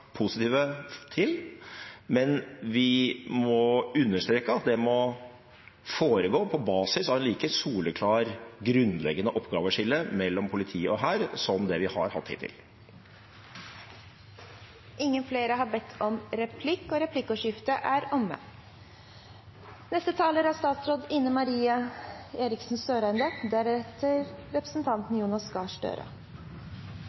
positiv til, men vi må understreke at det må foregå på basis av et like soleklart grunnleggende oppgaveskille mellom politi og hær som det vi har hatt hittil. Replikkordskiftet er omme.